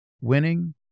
winning